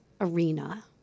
arena